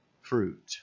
fruit